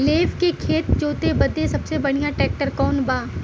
लेव के खेत जोते बदे सबसे बढ़ियां ट्रैक्टर कवन बा?